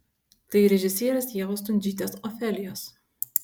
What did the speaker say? tai režisierės ievos stundžytės ofelijos